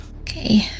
Okay